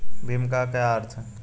भीम का क्या अर्थ है?